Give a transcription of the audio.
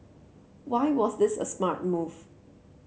why was this a smart move